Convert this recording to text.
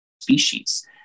species